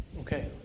Okay